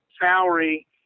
salary